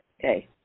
Okay